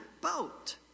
boat